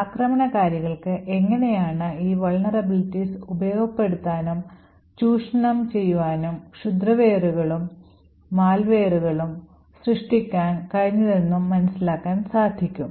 ആക്രമണകാരികൾക്ക് എങ്ങനെയാണ് ഈ കേടുപാടുകൾ ഉപയോഗപ്പെടുത്താനും ചൂഷണങ്ങളും ക്ഷുദ്രവെയറുകളും സൃഷ്ടിക്കാൻ കഴിഞ്ഞതെന്നും മനസ്സിലാക്കാൻ സാധിക്കും